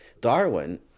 Darwin